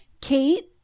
Kate